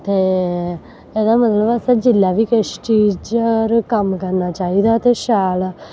ते एह्दा मतलब असें जिल्लै बी किश चीज पर कम्म करना चाहिदा ते शैल